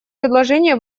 предложение